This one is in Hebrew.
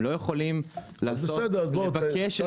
הם לא יכולים לבקש עזרה.